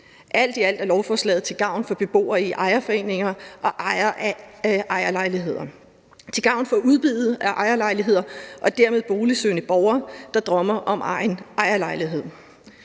Alt i alt er lovforslaget til gavn for beboere i ejerforeninger og ejere af ejerlejligheder, til gavn for udbuddet af ejerlejligheder og dermed boligsøgende borgere, der drømmer om egen ejerlejlighed.